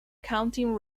counting